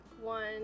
one